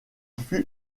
fut